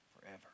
Forever